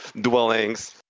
dwellings